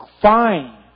fine